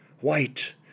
white